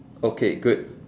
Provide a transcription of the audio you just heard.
okay good